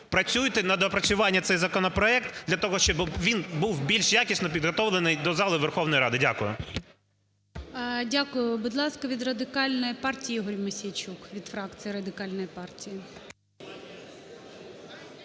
Працюйте. На доопрацювання цей законопроект для того, щоби він був більш якісно підготовлений до зали Верховної Ради. Дякую. ГОЛОВУЮЧИЙ. Дякую. Будь ласка, від Радикальної партії Ігор Мосійчук, від фракції Радикальної партії.